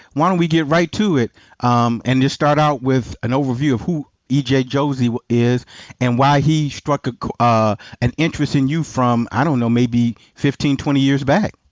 why don't we get right to it and just start out with an overview of who e j. josey is and why he struck ah an interest in you from, i don't know, maybe fifteen, twenty years back?